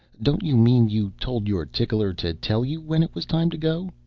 don't you mean you told your tickler to tell you when it was time to go?